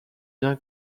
bien